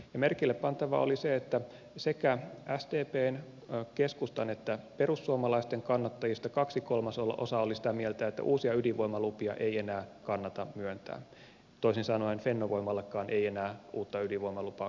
merkillepantavaa oli se että sdpn keskustan ja perussuomalaisten kannattajista kaksi kolmasosaa oli sitä mieltä että uusia ydinvoimalupia ei enää kannata myöntää toisin sanoen fennovoimallekaan ei enää uutta ydinvoimalupaa kannata myöntää